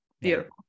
beautiful